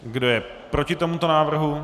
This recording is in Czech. Kdo je proti tomuto návrhu?